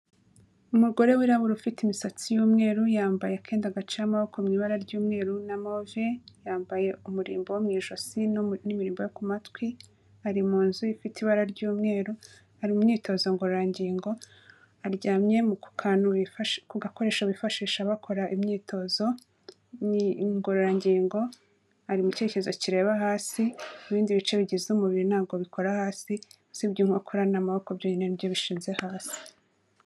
Umugore wirabura ufite imisatsi y'umweru yambaye akenda gaciye amaboko mu ibara ry'umweru na move, yambaye umurimbo wo mu ijosi n'imiririmbo ku matwi, ari mu nzu ifite ibara ry'umweru ari mu myitozo ngorora ngingo, aryamye ku gakoresho bifashisha bakora imyitozo ngorora ngingo ari mu cyerekezo kireba hasi ibindi bice bigize umubiri ntabwo bikora hasi, usibye inkokora n'amaboko byo nyine nibyo bishinze hasi.